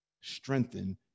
strengthen